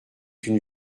une